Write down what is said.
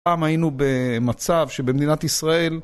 פעם היינו במצב שבמדינת ישראל...